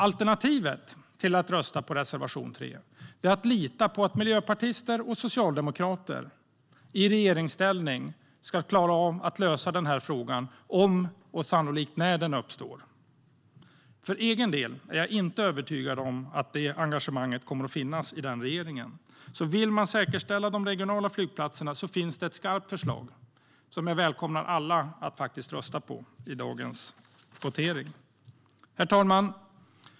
Alternativet till att rösta på reservation 3 är att lita på att miljöpartister och socialdemokrater i regeringsställning ska klara av att lösa den här frågan om, och sannolikt när, den uppstår. För egen del är jag inte övertygad om att det engagemanget kommer att finnas i regeringen, så vill man säkerställa de regionala flygplatserna finns det ett skarpt förslag som jag välkomnar alla att rösta på i dagens votering. Herr talman!